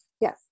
yes